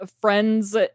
friends